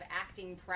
acting